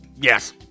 yes